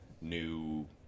new